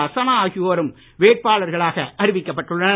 அசனா ஆகியோரும் வேட்பாளர்களாக அறிவிக்கப்பட்டுள்ளனர்